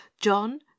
John